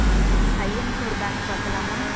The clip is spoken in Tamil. ஆ பையனுக்கு ஒரு பேக்கு பார்க்கலாமா